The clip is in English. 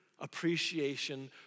appreciation